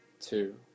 two